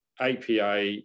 APA